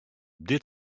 dit